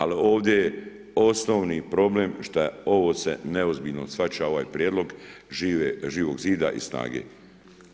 Ali ovdje je osnovni problem što se ovo neozbiljno shvaća, ovaj prijedlog Živog zida i SNAGA-e.